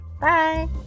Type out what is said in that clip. Bye